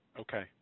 Okay